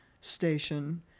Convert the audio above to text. station